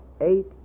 eight